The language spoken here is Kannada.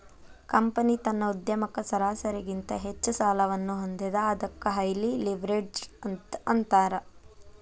ಕಂಪನಿ ತನ್ನ ಉದ್ಯಮಕ್ಕ ಸರಾಸರಿಗಿಂತ ಹೆಚ್ಚ ಸಾಲವನ್ನ ಹೊಂದೇದ ಅದಕ್ಕ ಹೈಲಿ ಲಿವ್ರೇಜ್ಡ್ ಅಂತ್ ಅಂತಾರ